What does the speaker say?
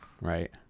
Right